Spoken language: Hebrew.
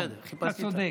בסדר, נכון, אתה צודק.